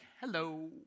hello